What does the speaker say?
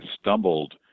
stumbled